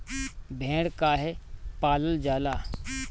भेड़ काहे पालल जाला?